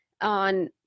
on